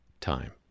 time